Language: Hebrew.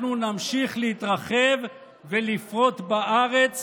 אנחנו נמשיך להתרחב ולפרות בארץ